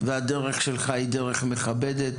והדרך שלך היא דרך מכבדת,